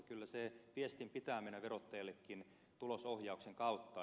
kyllä sen viestin pitää mennä verottajallekin tulosohjauksen kautta